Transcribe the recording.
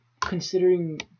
considering